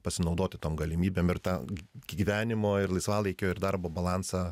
pasinaudoti tom galimybėm ir tą gyvenimo ir laisvalaikio ir darbo balansą